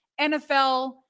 NFL